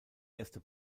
erste